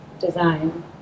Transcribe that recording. design